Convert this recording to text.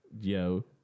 Yo